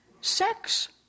Sex